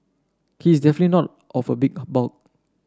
he is definite not of a big bulk